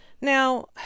Now